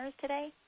today